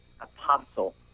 apostle